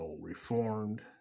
reformed